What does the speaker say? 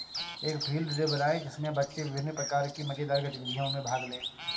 एक field day बनाएं जिसमें बच्चे विभिन्न प्रकार की मजेदार गतिविधियों में भाग लें